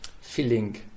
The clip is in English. feeling